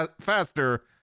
faster